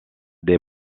des